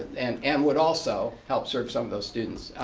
and and would also help serve some of those students.